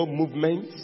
movement